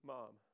Mom